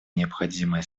необходимое